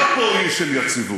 היה פה אי של יציבות.